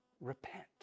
repent